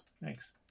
thanks